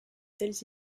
telles